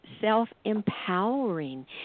self-empowering